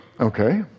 Okay